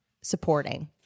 supporting